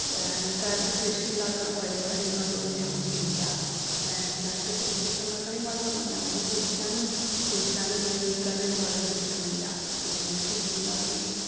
വേനൽകാലത്ത് കൃഷിയുണ്ടാക്കുന്ന പരിപാടിയൊന്നും അതുകൊണ്ട് നമുക്കില്ല വേനൽകാലത്ത് കൃഷിയൊക്കെ ഉണ്ടാക്കണമെങ്കിൽ വെള്ളം വേണ്ടേ നമുക്ക് കുടിക്കാനും കുളിക്കാനും ഉപയോഗിക്കാൻതന്നെ വെള്ളം കിട്ടുന്നില്ല പിന്നെയെങ്ങനെ കൃഷി ഉണ്ടാക്കൽ